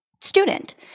student